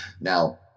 Now